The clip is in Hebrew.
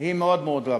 היא רבה מאוד.